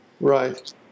Right